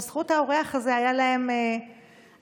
בזכות האורח הזה היה להם מניין.